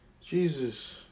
Jesus